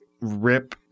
rip